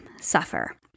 suffer